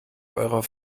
eurer